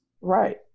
right